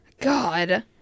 god